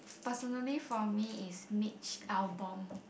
personally for me is Mitch-Albom